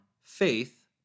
faith